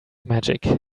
magic